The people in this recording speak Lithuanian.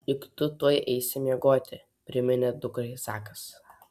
juk tu tuoj eisi miegoti priminė dukrai zakas